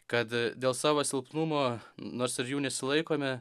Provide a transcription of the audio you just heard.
kad dėl savo silpnumo nors ir jų nesilaikome